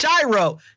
Gyro